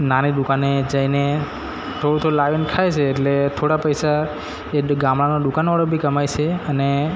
નાની દુકાને જઈને થોડું થોડું લાવીને ખાય છે એટલે થોડા પૈસા એ ગામડાનો દુકાનવાળો બી કમાય છે અને